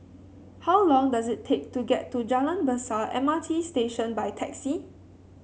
how long does it take to get to Jalan Besar M R T Station by taxi